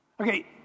Okay